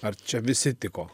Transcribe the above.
ar čia visi tiko